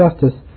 justice